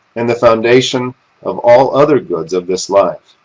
and the foundation of all other goods of this life.